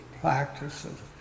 practices